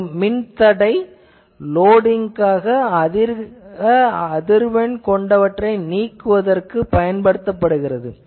ஒரு மின்தடை அதிக அதிர்வெண் கொண்டவற்றை நீக்க பயன்படுத்தப்படுகிறது